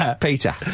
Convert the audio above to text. Peter